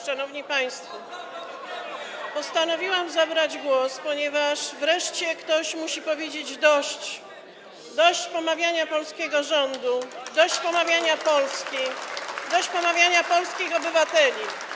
Szanowni państwo, postanowiłam zabrać głos, ponieważ wreszcie ktoś musi powiedzieć: dość, dość pomawiania polskiego rządu, dość pomawiania Polski, dość pomawiania polskich obywateli.